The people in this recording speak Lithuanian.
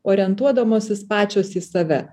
orientuodamosis pačios į save